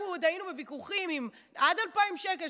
עוד היינו בוויכוחים אם עד 2,000 שקל,